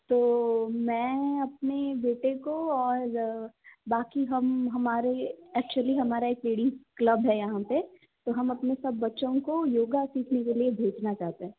तो मैं अपने बेटे को और बाँकी हम हमारे एक्चुअली हमारा एक लेडीज क्लब है यहाँ पर तो हम अपने सब बच्चों को योगा सीखने के लिए भेजना चाहते हैं